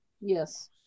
Yes